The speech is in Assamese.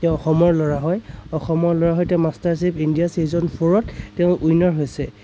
তেওঁ অসমৰ ল'ৰা হয় অসমৰ ল'ৰা হৈ তেওঁ মাষ্টাৰ চেফ ইণ্ডিয়া চীজন ফ'ৰত তেওঁ উইনাৰ হৈছে